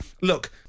Look